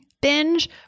binge